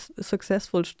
successful